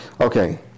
Okay